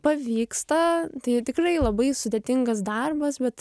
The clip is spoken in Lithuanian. pavyksta tai tikrai labai sudėtingas darbas bet